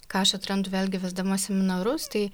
ką aš atrandu vėlgi vesdama seminarus tai